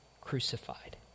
crucified